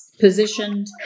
positioned